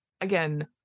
again